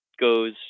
goes